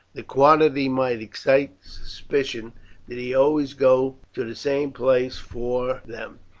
the quantity might excite suspicion did he always go to the same place for them,